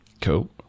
Cool